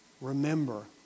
Remember